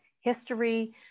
history